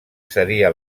seria